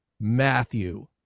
Matthew